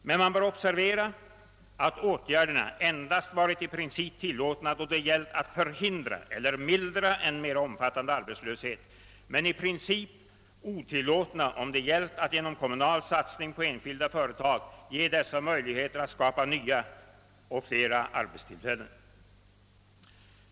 Men man bör observera att åtgärderna i princip endast varit tillåtna då det gällt att förhindra och mildra en mera omfattande arbetslöshet. De har i princip varit otillåtna, om det gällt att genom kommunal satsning på enskilda företag ge dessa möjligheter att skapa nya och flera arbetstillfällen.